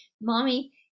mommy